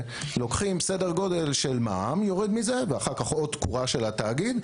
לוקחים מע"מ ואחר כך עוד תקורה של התאגיד,